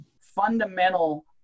fundamental